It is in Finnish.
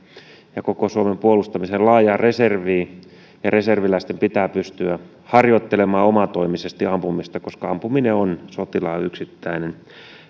koko suomen puolustamiseen ja laajaan reserviin ja reserviläisten pitää pystyä harjoittelemaan omatoimisesti ampumista koska ampuminen on sotilaan